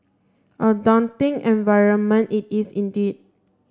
a daunting environment it is indeed